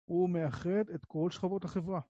הוא מאחד את כל שכבות החברה